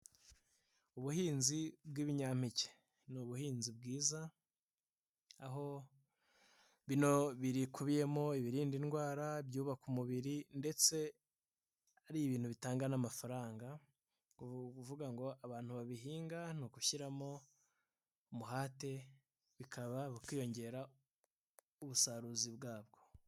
Ubuhinzi bw'ibinyampeke, n'ubuhinzi bwiza, aho bino bikubiyemo ibirinda indwara, ibyubaka umubiri, ndetse ari ibintu bitanga n'amafaranga ni ukuvuga ngo abantu babihinga, ni ugushyiramo umuhate, bikaba bikiyongera ubusaruzi bwabwo.